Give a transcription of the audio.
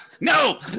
No